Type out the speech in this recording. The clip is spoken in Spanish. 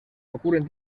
ocurren